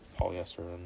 polyester